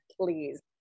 please